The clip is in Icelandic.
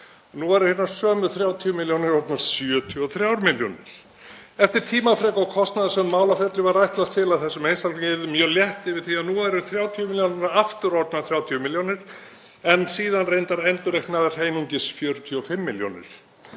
nú væru hinar sömu 30 milljónir orðnar 73 milljónir. Eftir tímafrek og kostnaðarsöm málaferli var ætlast til að þessum einstaklingi yrði mjög létt yfir því að nú væru 30 millj. kr. aftur orðnar 30 millj. kr., en síðan reyndar endurreiknaðar einungis 45 milljónir.